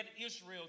Israel